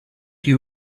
you